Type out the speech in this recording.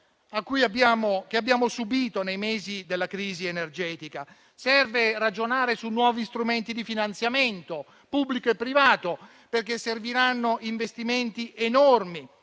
che abbiamo subito nei mesi della crisi energetica. Serve ragionare su nuovi strumenti di finanziamento pubblico e privato, perché serviranno investimenti enormi